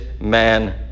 man